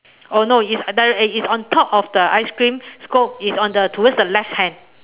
oh no it's nah eh it's on top of the ice cream scoop is on the towards the left hand